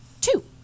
Two